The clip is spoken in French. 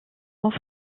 son